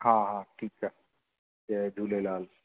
हा हा ठीकु आहे जय झूलेलाल